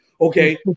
Okay